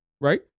right